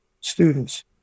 students